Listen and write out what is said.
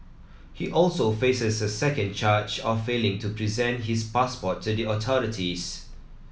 he also faces a second charge of failing to present his passport to the authorities